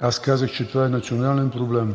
Аз казах, че това е национален проблем